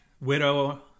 widow